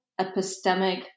epistemic